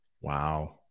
Wow